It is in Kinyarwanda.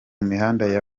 mihanda